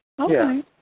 Okay